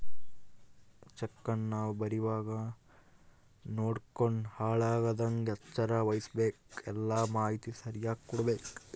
ಚೆಕ್ಕನ್ನ ನಾವು ಬರೀವಾಗ ನೋಡ್ಯಂಡು ಹಾಳಾಗದಂಗ ಎಚ್ಚರ ವಹಿಸ್ಭಕು, ಎಲ್ಲಾ ಮಾಹಿತಿ ಸರಿಯಾಗಿ ಕೊಡ್ಬಕು